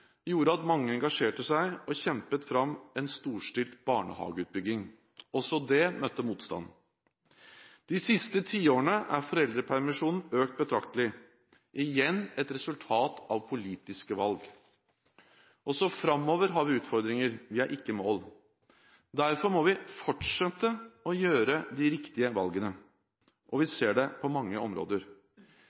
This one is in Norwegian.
gjorde at mange engasjerte seg og kjempet fram en storstilt barnehageutbygging. Også det møtte motstand. De siste tiårene er foreldrepermisjonen økt betraktelig, igjen et resultat av politiske valg. Også framover har vi utfordringer. Vi er ikke i mål, og derfor må vi fortsette å gjøre de riktige valgene. Vi ser det på mange områder,